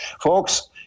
folks